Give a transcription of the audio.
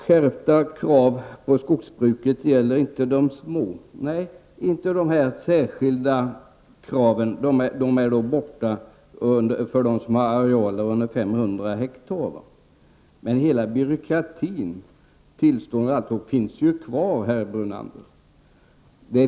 Skärpta krav på skogsbruket gäller inte de små skogsägarna. Nej, de särskilda kraven har fallit bort för skogsägare med arealer under 500 ha, men hela byråkratin kring tillstånd och annat finns ju kvar, herr Brunander.